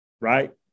right